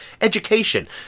education